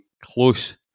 close